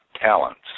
talents